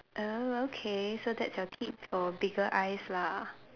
oh okay so that's your tips for bigger eyes lah